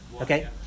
Okay